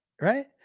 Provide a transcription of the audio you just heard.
right